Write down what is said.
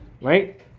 right